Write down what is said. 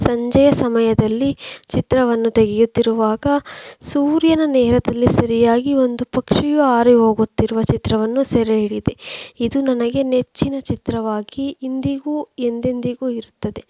ಸಂಜೆಯ ಸಮಯದಲ್ಲಿ ಚಿತ್ರವನ್ನು ತೆಗೆಯುತ್ತಿರುವಾಗ ಸೂರ್ಯನ ನೇರದಲ್ಲಿ ಸರಿಯಾಗಿ ಒಂದು ಪಕ್ಷಿಯು ಹಾರಿಹೋಗುತ್ತಿರುವ ಚಿತ್ರವನ್ನು ಸೆರೆ ಹಿಡಿದೆ ಇದು ನನಗೆ ನೆಚ್ಚಿನ ಚಿತ್ರವಾಗಿ ಇಂದಿಗೂ ಎಂದೆಂದಿಗೂ ಇರುತ್ತದೆ